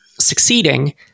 succeeding